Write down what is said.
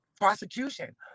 prosecution